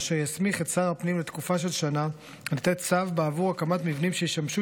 אשר יסמיך את שר הפנים לתקופה של שנה לתת צו בעבור הקמת מבנים שישמשו